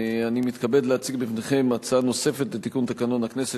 אני מתכבד להציג בפניכם הצעה נוספת לתיקון תקנון הכנסת